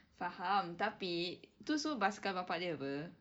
faham tapi itu so basikal bapa dia apa